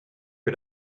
que